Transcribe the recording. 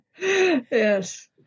Yes